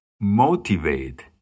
motivate